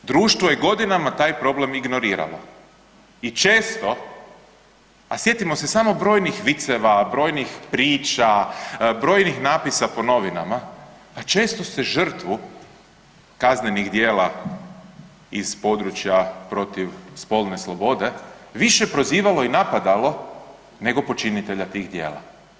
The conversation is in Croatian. Društvo je godinama taj problem ignoriralo i često, a sjetimo se samo brojnih viceva, brojnih priča, brojnih napisa po novima pa često se žrtvu kaznenih djela iz područja protiv spolne slobode više prozivalo i napadalo nego počinitelja tih djela.